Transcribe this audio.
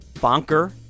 Bonker